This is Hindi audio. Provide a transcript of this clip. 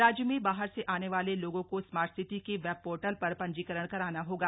राज्य में बाहर से आने वाले लोगों को स्मार्ट सिटी के वेबपोर्टल पर पंजीकरण कराना होगा